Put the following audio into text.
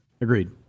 Agreed